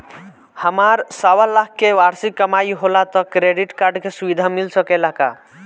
हमार सवालाख के वार्षिक कमाई होला त क्रेडिट कार्ड के सुविधा मिल सकेला का?